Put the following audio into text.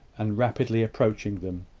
and rapidly approaching them.